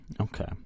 Okay